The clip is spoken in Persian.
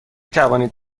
توانید